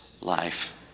life